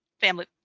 family